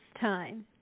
time